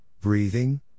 breathing